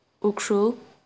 Ukhrul